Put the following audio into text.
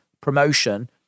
promotion